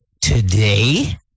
today